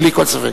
בלי כל ספק.